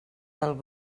del